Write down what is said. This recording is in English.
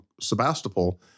Sebastopol